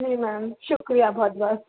جی ma'am شکریہ بہت بہت